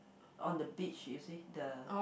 on the beach you you see the